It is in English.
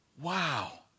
Wow